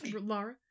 Laura